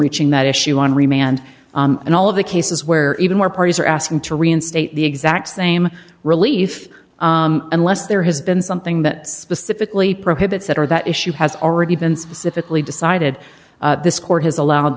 reaching that issue on remand and all of the cases where even more parties are asking to reinstate the exact same relief unless there has been something that specifically prohibits that or that issue has already been specifically decided this court has allowed